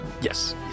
Yes